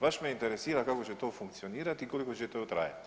Baš me interesira kako će to funkcionirati i koliko će to trajati.